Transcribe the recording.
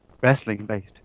wrestling-based